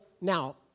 now